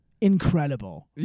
Incredible